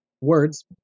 words